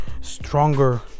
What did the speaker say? stronger